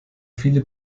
viele